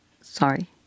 Sorry